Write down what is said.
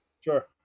Sure